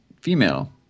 female